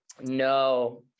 No